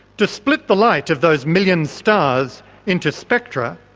to split the light of those million stars into spectra,